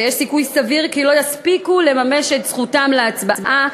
ויש סיכוי סביר שהם לא יספיקו לממש את זכותם להצביע.